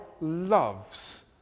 loves